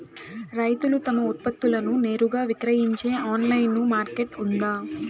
రైతులు తమ ఉత్పత్తులను నేరుగా విక్రయించే ఆన్లైను మార్కెట్ ఉందా?